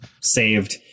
saved